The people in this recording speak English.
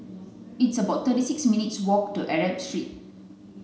it's about thirty six minutes' walk to Arab Street